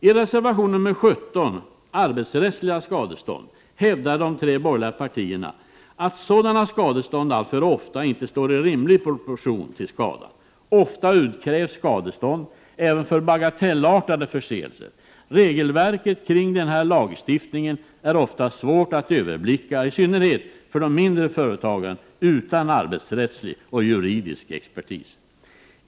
I reservation 17 om arbetsrättsliga skadestånd hävdar de tre borgerliga partierna att sådana skadestånd alltför ofta inte står i rimlig proportion till skadan. I regel utkrävs skadestånd även för bagatellartade förseelser. Regelverket kring denna lagstiftning är ofta svårt att överblicka, i synnerhet för de mindre företagen, utan arbetsrättslig och juridisk expertis.